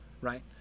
right